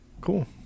Cool